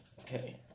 Okay